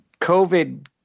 COVID